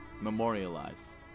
memorialize